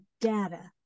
data